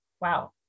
wow